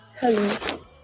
hello